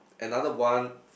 another one